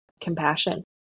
compassion